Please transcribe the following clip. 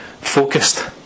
focused